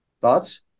Thoughts